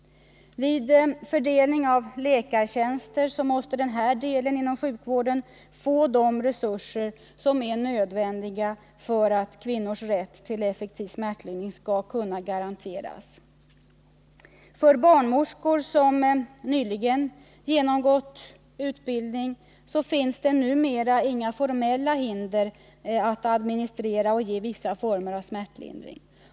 Vid fördelningen av läkartjänster måste denna del inom sjukvården få de resurser som är nödvändiga för att kvinnors rätt till effektiv smärtlindring skall kunna garanteras. För barnmorskor som nyligen genomgått utbildning finns det numera inga formella hinder att administrera och ge vissa former av smärtlindring.